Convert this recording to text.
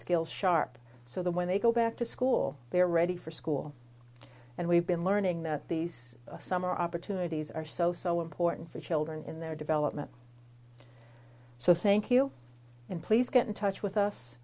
skills sharp so that when they go back to school they're ready for school and we've been learning that these summer opportunities are so so important for children in their development so thank you and please get in touch with us